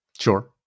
Sure